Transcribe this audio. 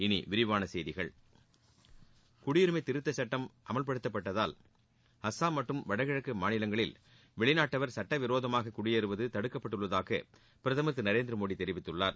இனி விரிவான செய்திகள் குடியுரிமை திருத்தச் சுட்டம் அமவ்படுத்தப்பட்டதால் அசாம் மற்றும் வடகிழக்கு மாநிலங்களில் வெளிநாட்டவர் சுட்டவிரோதமாக குடியேறுவது தடுக்கப்பட்டுள்ளதாக பிரதமர் திரு நரேந்திரமோடி தெரிவித்துள்ளார்